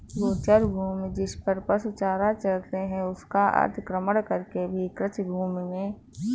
गोचर भूमि, जिसपर पशु चारा चरते हैं, उसका अतिक्रमण करके भी कृषिभूमि में उन्हें बदल दिया जा रहा है